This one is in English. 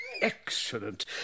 excellent